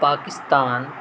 Pakistan